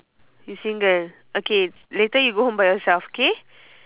you single okay later you go home by yourself K